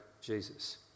Jesus